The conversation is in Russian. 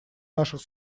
наших